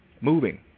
Moving